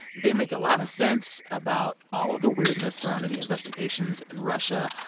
they make a lot of sense about all of the weirdness surrounding the investigations in russia.